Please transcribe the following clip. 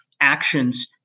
actions